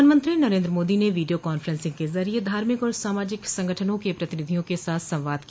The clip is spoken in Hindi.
प्रधानमंत्री नरेन्द्र मोदी ने वीडियो कॉन्फ्रेंसिंग के जरिए धार्मिक और सामाजिक संगठनों के प्रतिनिधियों के साथ संवाद किया